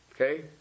Okay